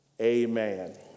Amen